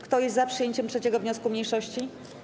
Kto jest za przyjęciem 3. wniosku mniejszości?